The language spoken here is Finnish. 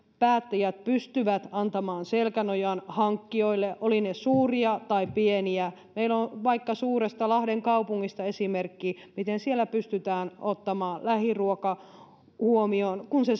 päättäjät pystyvät antamaan selkänojan hankkijoille olivat ne suuria tai pieniä meillä on vaikka suuresta lahden kaupungista esimerkki miten siellä pystytään ottamaan lähiruoka huomioon kun se